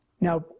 Now